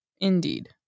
Indeed